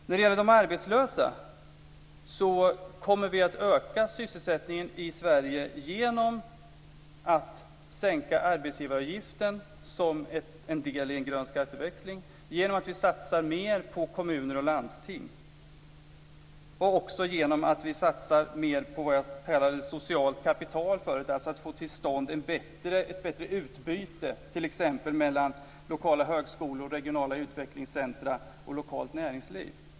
När det gäller de arbetslösa kommer vi att öka sysselsättningen i Sverige genom att sänka arbetsgivaravgiften som en del i en grön skatteväxling, genom att satsa mer på kommuner och landsting och också genom att satsa mer på vad jag tidigare kallade socialt kapital, dvs. att få till stånd ett bättre utbyte t.ex. mellan lokala högskolor, regionala utvecklingscentrum och lokalt näringsliv.